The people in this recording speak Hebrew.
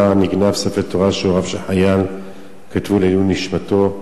נגנב ספר תורה שהוריו של חייל כתבו לעילוי נשמתו.